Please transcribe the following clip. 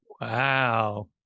Wow